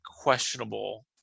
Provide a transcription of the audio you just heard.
questionable